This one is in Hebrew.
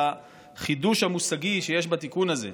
לחידוש המושגי שיש בתיקון הזה.